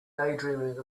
daydreaming